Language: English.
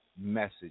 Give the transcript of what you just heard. message